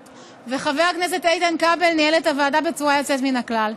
חבר הכנסת איתן כבל ניהל את הוועדה בצורה יוצאת מן הכלל.